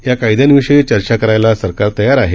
याकायद्यांविषयीचर्चाकरायलासरकारतयारआहे